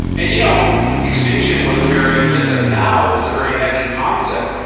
and you know extinction was a very, just as now it was a very heavy concept,